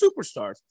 superstars